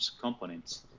components